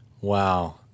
Wow